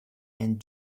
and